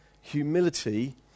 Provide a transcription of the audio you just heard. humility